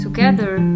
Together